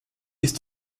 ist